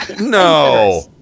No